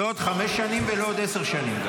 לא בעוד חמש שנים ולא בעוד עשר שנים.